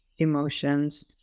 emotions